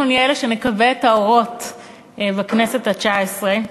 אנחנו נהיה אלה שנכבה את האורות בכנסת התשע-עשרה.